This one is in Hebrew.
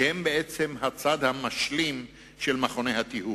שהם בעצם הצד המשלים של מכוני הטיהור.